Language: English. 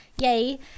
Yay